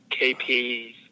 KP